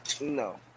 No